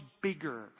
bigger